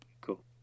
cool